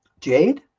jade